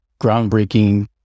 groundbreaking